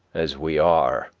as we are,